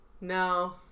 No